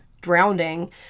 drowning